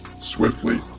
swiftly